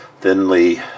thinly